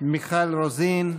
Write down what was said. מיכל רוזין,